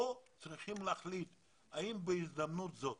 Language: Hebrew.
וכאן צריכים להחליט האם בהזדמנות זאת